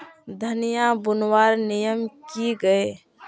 धनिया बूनवार नियम की गे?